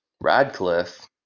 Radcliffe